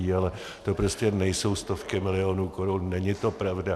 Ale to prostě nejsou stovky milionů korun, není to pravda.